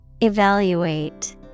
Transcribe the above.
Evaluate